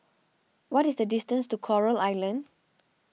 what is the distance to Coral Island